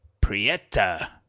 Prieta